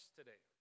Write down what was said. today